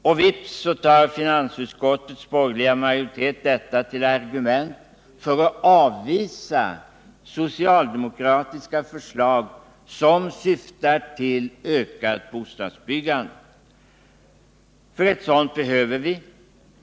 Och vips tar finansutskottets borgerliga majoritet detta till argument för att avvisa socialdemokratiska förslag som syftar till ökat bostadsbyggande. För ett sådant behöver vi.